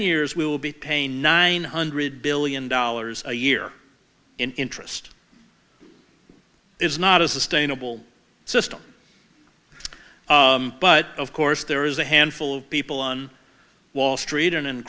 years we will be paying nine hundred billion dollars a year in interest is not a sustainable system but of course there is a handful of people on wall street and